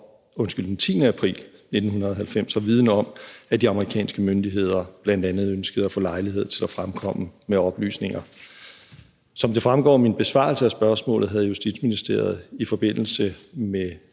fra den 10. april 1990 har viden om, at de amerikanske myndigheder bl.a. ønskede at få lejlighed til at fremkomme med oplysninger. Som det fremgår af min besvarelse af spørgsmålet, havde Justitsministeriet i forbindelse med